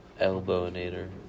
Elbowinator